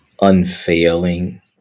unfailing